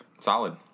Solid